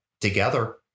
together